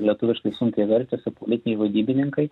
lietuviškai sunkiai verčiasi politiniai vadybininkai